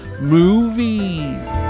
Movies